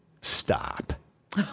stop